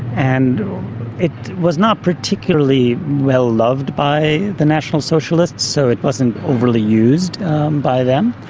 and it was not particularly well loved by the national socialists, so it wasn't overly used by them,